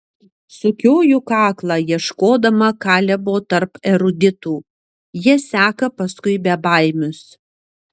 sukioju kaklą ieškodama kalebo tarp eruditų jie seka paskui bebaimius